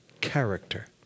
character